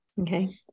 Okay